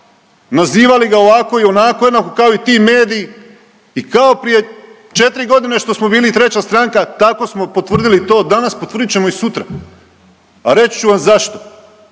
nazivali da ovako i onako jednako kao i ti mediji i kao prije 4 godine što smo bili treća stranka, tako smo potvrdili to danas, potvrdit ćemo i sutra, a reći ću vam zašto.